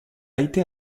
été